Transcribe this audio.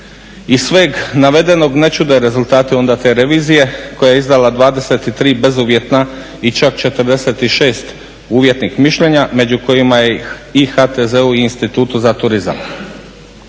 Iz sveg navedenog ne čude rezultati onda te revizije koja je izdala 23 bezuvjetna i čak 46 uvjetnih mišljenja među kojima je i HTZ-u i Institutu za turizam.